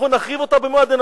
אנחנו נחריב אותה במו ידינו,